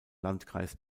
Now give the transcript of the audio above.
landkreis